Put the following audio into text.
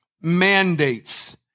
mandates